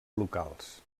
locals